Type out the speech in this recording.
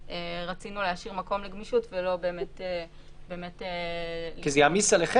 רצינו להשאיר מקום לגמישות ולא באמת --- כי זה יעמיס עליכם.